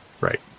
Right